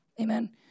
Amen